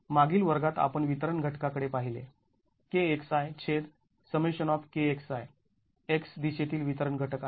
मागील वर्गात आपण वितरण घटका कडे पाहिले x दिशेतील वितरण घटक आहे